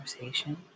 conversation